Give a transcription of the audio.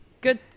Good